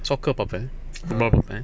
soccer பாப்பேன்:paapen football பாப்பேன்:paapen